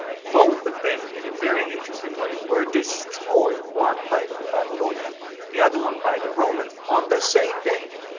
both of them, in a very interesting way, were destroyed. one by but the babylonians and the other one by the romans, on the same day,